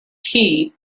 tea